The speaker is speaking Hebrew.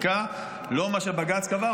לחקיקה, לא מה שבג"ץ קבע.